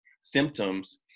symptoms